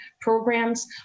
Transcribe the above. programs